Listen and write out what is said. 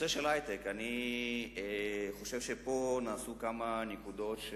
הנושא של היי-טק: אני חושב שפה נעשו דברים בכמה נקודות,